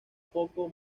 poco